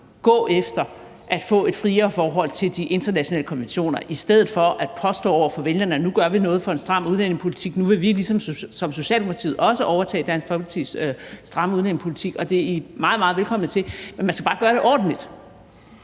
gå efter at få et friere forhold til de internationale konventioner, altså i stedet for at påstå over for vælgerne, at nu gør vi noget for en stram udlændingepolitik, og nu vil vi ligesom Socialdemokratiet også overtage Dansk Folkepartis stramme udlændingepolitik. Det er I meget, meget velkomne til, men man skal bare gøre det ordentligt.